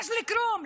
מג'ד אל-כרום,